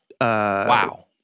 Wow